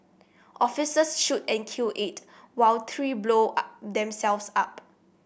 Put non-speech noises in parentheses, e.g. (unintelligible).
officers shoot and kill eight while three blow (unintelligible) themselves up